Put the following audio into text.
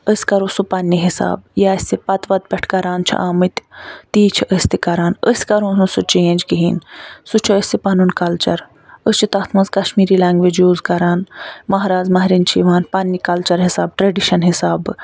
أسۍ کَرو سُہ پنٕنہِ حِساب یہِ اَسہِ پتہٕ وتہٕ پٮ۪ٹھ کَران چھِ آمٕتۍ تی چھِ أسۍ تہِ کَران أسۍ کَرہون نہٕ سُہ چینٛج کِہیٖنٛۍ سُہ چھُ اَسہِ پنُن کلچر أسۍ چھِ تتھ منٛز کشمیری لنٛگویج یوٗز کَران مہراز مہرِنۍ چھِ یِوان پنٕنہِ کلچر حِساب ٹرٛیٚڈِشن حِسابہٕ